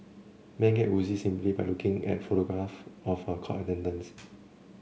men get woozy simply by looking at photographs of her court attendance